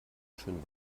schön